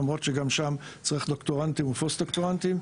למרות שגם שם צריך דוקטורנטים ופוסט דוקטורנטים.